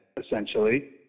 essentially